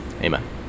Amen